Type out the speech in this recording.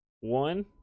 one